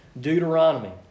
Deuteronomy